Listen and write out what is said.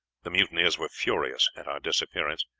the mutineers were furious at our disappearance,